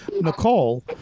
Nicole